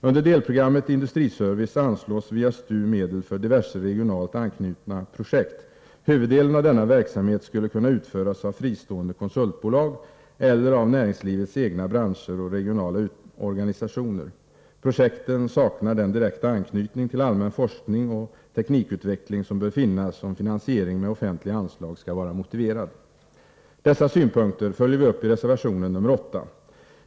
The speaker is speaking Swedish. Under delprogrammet Industriservice anslås via STU medel för diverse regionalt anknutna projekt. Huvuddelen av denna verksamhet skulle kunna utföras av fristående konsultbolag eller av näringslivets egna branscher och regionala organisationer. Projekten saknar den direkta anknytning till allmän forskning och teknikutveckling som bör finnas om finansiering med offentliga anslag skall vara motiverad. Dessa synpunkter följer vi upp i reservation 8.